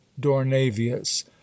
dornavius